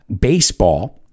baseball